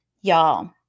Y'all